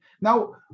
Now